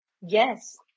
Yes